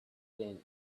than